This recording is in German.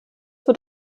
wird